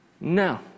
No